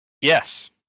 yes